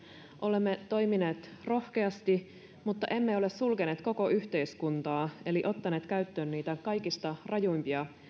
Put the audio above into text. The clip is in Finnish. olemme toimineet rohkeasti mutta emme ole sulkeneet koko yhteiskuntaa eli ottaneet käyttöön niitä kaikista rajuimpia